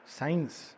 science